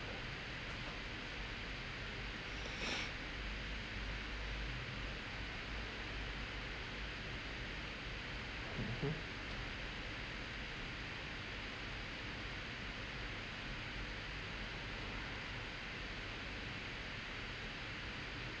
mmhmm